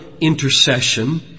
intercession